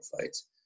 fights